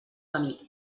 camí